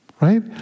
right